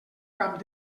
cap